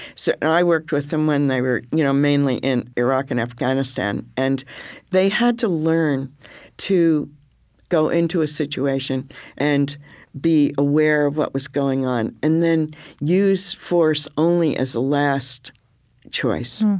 so i worked with them when they were you know mainly in iraq and afghanistan, and they had to learn to go into a situation and be aware of what was going on and then use force only as a last choice.